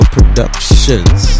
Productions